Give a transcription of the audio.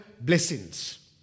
blessings